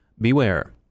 beware